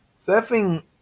surfing